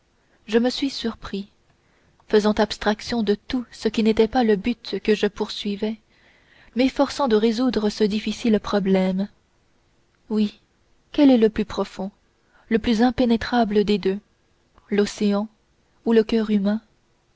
je me suis surpris faisant abstraction de tout ce qui n'était pas le but que je poursuivais m'efforçant de résoudre ce difficile problème oui quel est le plus profond le plus impénétrable des deux l'océan ou le coeur humain